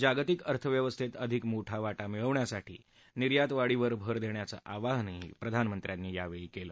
जागतिक अर्थव्यवस्थेत अधिक मोठा वाटा मिळवण्यासाठी निर्यात वाढीवर भर देण्याचं आवाहन प्रधानमंत्र्यांनीया वेळी केलं